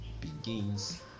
begins